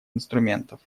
инструментов